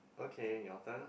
okay your turn ah